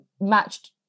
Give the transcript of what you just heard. matched